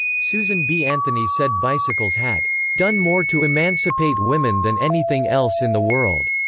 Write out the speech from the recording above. susan b. anthony said bicycles had done more to emancipate women than anything else in the world.